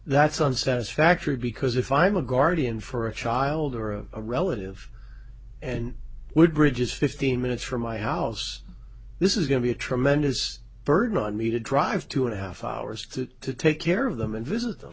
that's on satisfactory because if i'm a guardian for a child or a relative and woodbridge is fifteen minutes from my house this is going to be a tremendous burden on me to drive two and a half hours to take care of them and visit